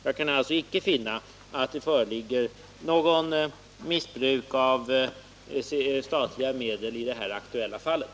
Jag kan alltså icke finna att det föreligger något missbruk av statliga medel i det aktuella fallet.